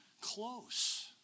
close